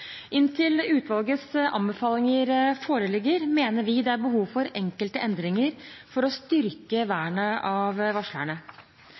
Inntil utvalgets anbefalinger foreligger, mener vi det er behov for enkelte endringer for å styrke vernet av varslerne.